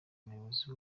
muyobozi